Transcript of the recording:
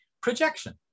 Projection